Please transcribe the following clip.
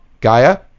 Gaia